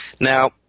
Now